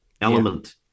element